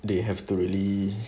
they have to really